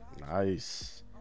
Nice